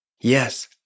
Yes